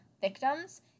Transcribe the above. victims